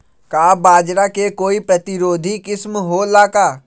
का बाजरा के कोई प्रतिरोधी किस्म हो ला का?